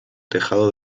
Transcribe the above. tejado